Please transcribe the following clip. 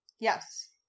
Yes